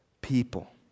people